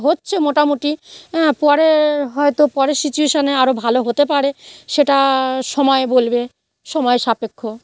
হচ্ছে মোটামুটি হ্যাঁ পরে হয়তো পরের সিচুয়েশানে আরও ভালো হতে পারে সেটা সময় বলবে সময়সাপেক্ষ